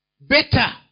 better